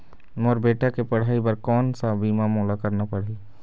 मोर बेटा के पढ़ई बर कोन सा बीमा मोला करना पढ़ही?